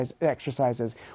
exercises